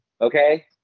okay